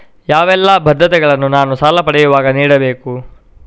ಯಾವೆಲ್ಲ ಭದ್ರತೆಗಳನ್ನು ನಾನು ಸಾಲ ಪಡೆಯುವಾಗ ನೀಡಬೇಕು?